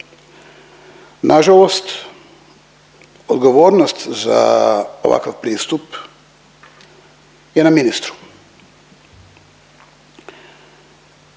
Nažalost, odgovornost za ovakav pristup je na ministru.